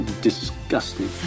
disgusting